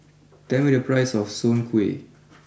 tell me the price of Soon Kueh